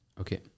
Okay